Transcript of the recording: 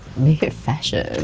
make it fashion.